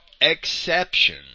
exception